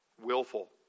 willful